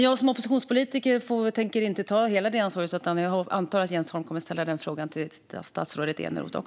Jag som oppositionspolitiker tänker dock inte ta hela det ansvaret. Jag antar att Jens Holm kommer att ställa frågan också till statsrådet Eneroth.